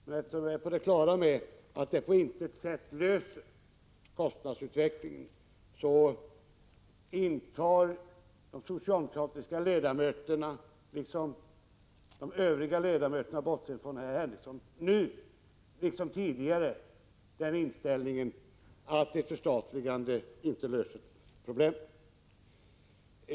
Men eftersom vi är på det klara med att det på intet sätt kan påverka kostnadsutvecklingen, intar de socialdemokratiska ledamöterna — liksom övriga ledamöter i trafikutskottet bortsett från Sven Henricsson — nu liksom tidigare den ståndpunkten att ett förstatligande inte löser problemen.